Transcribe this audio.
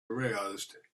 aroused